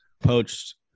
poached